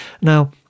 Now